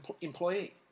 employee